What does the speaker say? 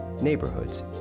neighborhoods